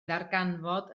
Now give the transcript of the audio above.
ddarganfod